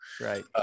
Right